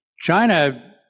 China